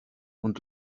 und